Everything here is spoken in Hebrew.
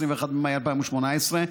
21 במאי 2018,